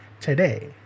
today